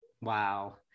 Wow